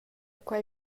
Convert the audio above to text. quei